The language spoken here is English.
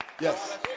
Yes